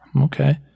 Okay